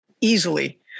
easily